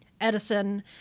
Edison